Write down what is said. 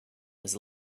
was